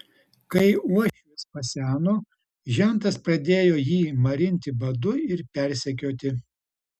kai uošvis paseno žentas pradėjo jį marinti badu ir persekioti